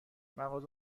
مغازه